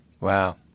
Wow